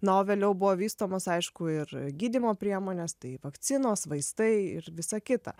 na o vėliau buvo vystomos aišku ir gydymo priemonės tai vakcinos vaistai ir visa kita